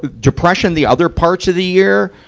depression, the other parts of the year,